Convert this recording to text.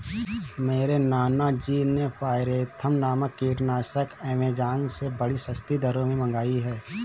मेरे नाना जी ने पायरेथ्रम नामक कीटनाशक एमेजॉन से बड़ी सस्ती दरों पर मंगाई है